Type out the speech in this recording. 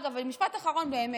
אגב, ומשפט אחרון באמת: